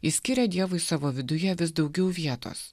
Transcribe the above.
ji skiria dievui savo viduje vis daugiau vietos